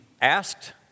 asked